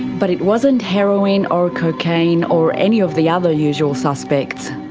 but it wasn't heroin or cocaine or any of the other usual suspects.